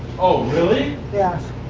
oh, really? yeah